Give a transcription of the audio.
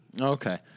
Okay